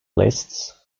lists